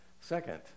Second